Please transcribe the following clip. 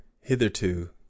hitherto